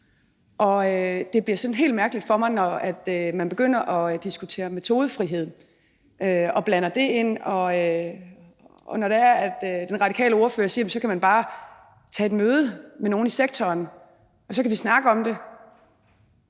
Det bliver sådan helt mærkeligt for mig, når man begynder at diskutere metodefrihed og blander det ind, og når det er, at den radikale ordfører siger, at man så bare kan tage et møde med nogle i sektoren og snakke om det.